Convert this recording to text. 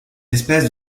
espèces